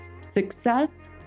Success